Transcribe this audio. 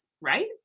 Right